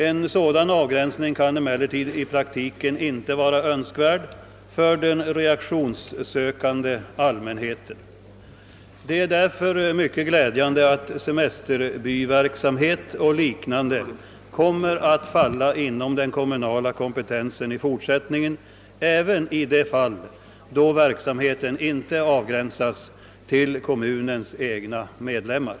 En sådan avgränsning kan emellertid i praktiken inte vara önskvärd för den rekreationssökande allmänheten. Det är därför mycket glädjande att semesterbyverksamhet och liknande aktiviteter kommer att falla inom den kommunala kompetensen i fortsättningen även i de fall, då verksamheten inte avgränsas till kommunens egna medlemmar.